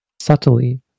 subtly